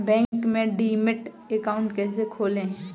Bank में demat account कैसे खोलें?